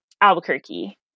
Albuquerque